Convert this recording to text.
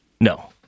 No